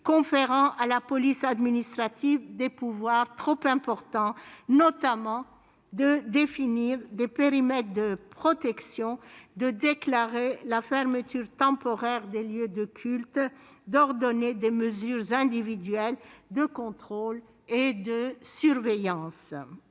conférant à la police administrative des pouvoirs trop importants : pouvoirs, notamment, de définir des périmètres de protection, de déclarer la fermeture temporaire de lieux de culte, d'ordonner des mesures individuelles de contrôle et de surveillance,